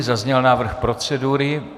Zazněl návrh procedury.